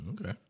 Okay